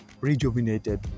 rejuvenated